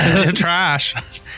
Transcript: trash